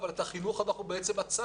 אבל את החינוך כרגע עצרנו.